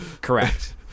correct